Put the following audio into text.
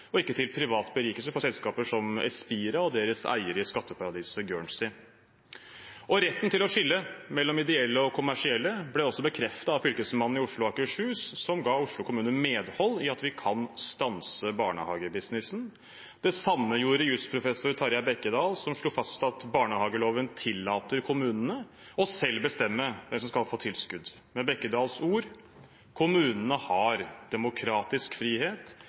og ikke til privat berikelse av selskaper som Espira og deres eiere i skatteparadiset Guernsey. Retten til å skille mellom ideelle og kommersielle ble også bekreftet av Fylkesmannen i Oslo og Akershus, som ga Oslo kommune medhold i at man kan stanse barnehagebusinessen. Det samme gjorde jusprofessor Tarjei Bekkedal, som slo fast at barnehageloven tillater kommunene selv å bestemme hvem som skal få tilskudd. Bekkedals ord er at kommunene har demokratisk frihet